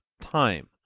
time